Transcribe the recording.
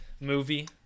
movie